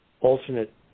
alternate